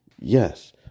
yes